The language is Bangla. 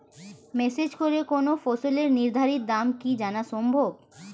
মেসেজ করে কোন ফসলের নির্ধারিত দাম কি জানা সম্ভব?